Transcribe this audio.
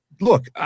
look